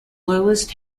lowest